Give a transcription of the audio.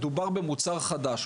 מדובר במוצר חדש.